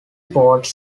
pods